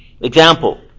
Example